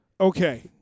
Okay